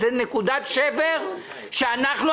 זה נקודת שבר שאנחנו,